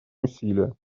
усилия